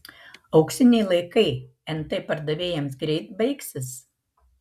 auksiniai laikai nt pardavėjams greit baigsis